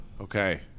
Okay